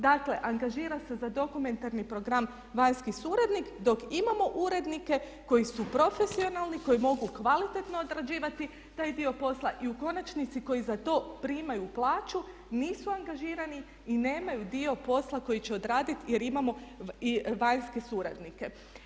Dakle, angažira se za dokumentarni program vanjski suradnik dok imamo urednike koji su profesionalni, koji mogu kvalitetno odrađivati taj dio posla i u konačnici koji za to primaju plaću nisu angažirani i nemaju dio posla koji će odraditi jer imamo vanjske suradnike.